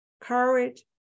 courage